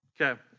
okay